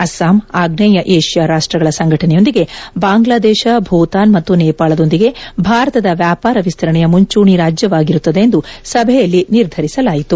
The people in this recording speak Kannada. ಅಸ್ಸಾಂ ಆಗ್ನೇಯ ಏಷ್ಯಾ ರಾಷ್ಟ್ರಗಳ ಸಂಘಟನೆಯೊಂದಿಗೆ ಬಾಂಗ್ಲಾದೇಶ ಭೂತಾನ್ ಮತ್ತು ನೇಪಾಳದೊಂದಿಗೆ ಭಾರತದ ವ್ಯಾಪಾರ ವಿಸ್ತರಣೆಯ ಮುಂಚೂಣಿ ರಾಜ್ಯವಾಗಿರುತ್ತದೆ ಎಂದು ಸಭೆಯಲ್ಲಿ ನಿರ್ಧರಿಸಲಾಯಿತು